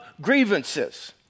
grievances